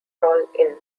tallinn